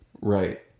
Right